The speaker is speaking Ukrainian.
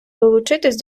долучитися